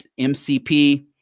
mcp